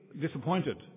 disappointed